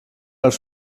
als